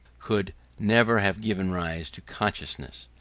could never have given rise to consciousness.